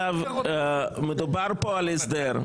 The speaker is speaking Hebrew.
מדובר פה על הסדר.